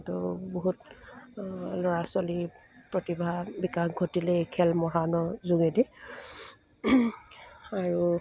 তো বহুত ল'ৰা ছোৱালী প্ৰতিভা বিকাশ ঘটিলে এই খেল মহাৰণৰ যোগেদি আৰু